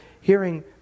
hearing